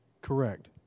Correct